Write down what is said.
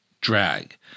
drag